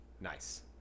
Nice